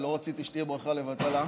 ולא רציתי שתהיה ברכה לבטלה.